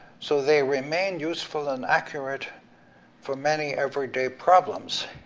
so they remain useful and accurate for many everyday problems.